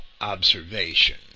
observation